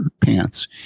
pants